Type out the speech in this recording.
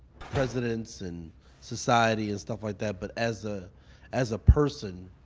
presidents and society and stuff like that, but as ah as a person,